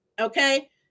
okay